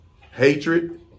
Hatred